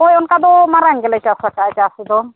ᱦᱳᱭ ᱚᱱᱠᱟᱫᱚ ᱢᱟᱨᱟᱝ ᱜᱮᱞᱮ ᱪᱟᱥ ᱠᱟᱜᱼᱟ ᱪᱟᱥ ᱫᱚ